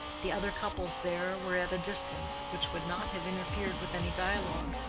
the other couples there were at a distance which would not have interfered with any dialogue,